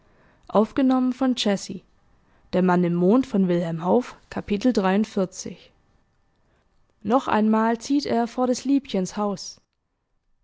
noch einmal zieht er vor des liebchens haus